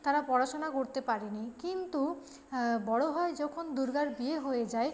তারা পড়াশোনা করতে পারেনি কিন্তু বড় হয়ে যখন দুর্গার বিয়ে হয়ে যায়